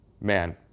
man